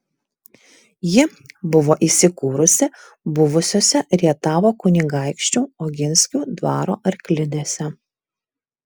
ji buvo įsikūrusi buvusiose rietavo kunigaikščių oginskių dvaro arklidėse